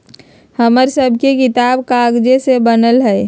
हमर सभके किताब कागजे से बनल हइ